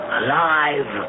alive